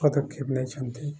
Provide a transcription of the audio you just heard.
ପଦକ୍ଷେପ ନେଇଛନ୍ତି